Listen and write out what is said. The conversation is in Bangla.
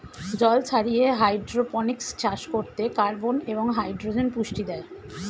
জল ছাড়িয়ে হাইড্রোপনিক্স চাষ করতে কার্বন এবং হাইড্রোজেন পুষ্টি দেয়